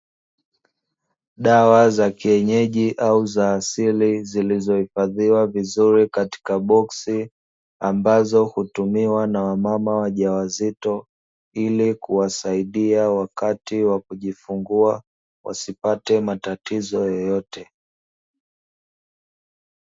Dawa za kienyeji au za asili zilizohifadhiwa vizuri katika boksi, ambazo hutumiwa na wamama wajawazito ili kuwasaidia wakati wa kujifungua wasipate matatizo yoyote.